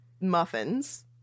muffins